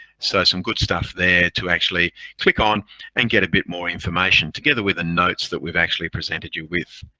so some good stuff there to actually click on and get a bit more information together with the notes that we've actually presented you with.